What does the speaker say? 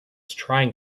trying